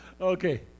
Okay